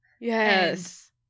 Yes